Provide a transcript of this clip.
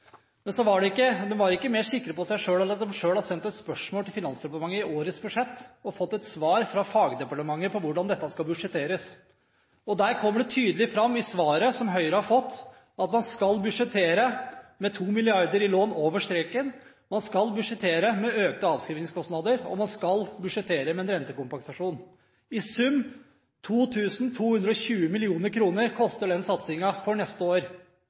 Men så er de ikke sikrere på seg selv enn at de har sendt et spørsmål til Finansdepartementet om årets budsjett, og fått et svar fra fagdepartementet på hvordan dette skal budsjetteres. Der kommer det tydelig fram i svaret som Høyre har fått, at man skal budsjettere med 2 mrd. kr i lån over streken. Man skal budsjettere med økte avskrivningskostnader, og man skal budsjettere med en rentekompensasjon. I sum koster den satsingen 2 220 mill. kr for neste år.